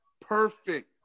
perfect